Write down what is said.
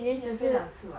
一年飞两次 [what]